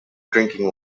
drinking